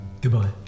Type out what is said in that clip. Goodbye